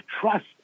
trust